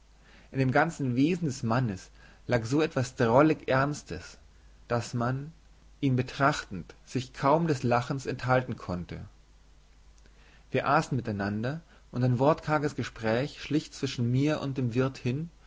in dem ganzen wesen des mannes lag so etwas drollig ernstes daß man ihn betrachtend sich kaum des lachens enthalten konnte wir aßen miteinander und ein wortkarges gespräch schlich zwischen mir und dem wirt hin